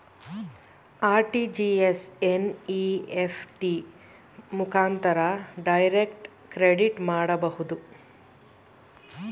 RTGS, NEFT ಮುಖಾಂತರ direct credit ಮಾಡಬಹುದು